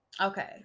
Okay